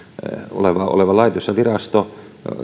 oleva oleva laitos ja virasto